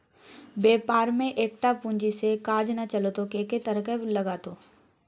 बेपार मे एकटा पूंजी सँ काज नै चलतौ कैक तरहक लागतौ